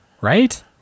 right